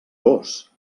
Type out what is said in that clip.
gos